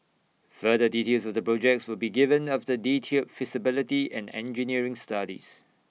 further details of the projects will be given after detailed feasibility and engineering studies